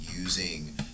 using